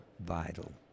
vital